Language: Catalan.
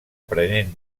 prenent